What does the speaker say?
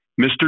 Mr